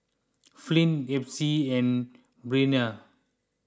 Flint Epsie and Breana